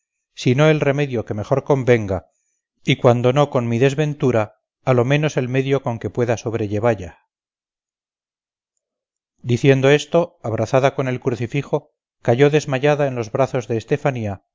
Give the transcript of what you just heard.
no el remedio que mejor convenga y cuando no con mi desventura a lo menos el medio con que pueda sobrellevalla diciendo esto abrazada con el crucifijo cayó desmayada en los brazos de estefanía